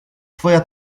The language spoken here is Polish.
twoja